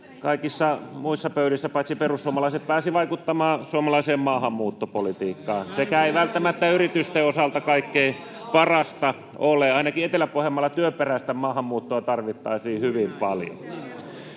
kaikissa muissa pöydissä, paitsi perussuomalaiset pääsivät vaikuttamaan suomalaiseen maahanmuuttopolitiikkaan. Sekään ei välttämättä ole yritysten osalta kaikkein parasta. Ainakin Etelä-Pohjanmaalla työperäistä maahanmuuttoa tarvittaisiin hyvin paljon.